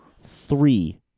three